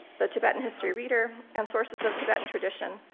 the tibetan history reader, and sources of tibetan tradition,